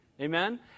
Amen